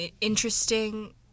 interesting